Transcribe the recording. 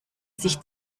sich